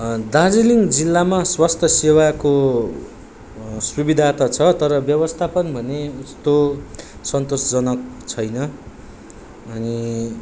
दार्जिलिङ जिल्लामा स्वास्थ्य सेवाको सुविधा त छ तर व्यवस्थापन भने उस्तो सन्तोषजनक छैन अनि